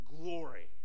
glory